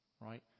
right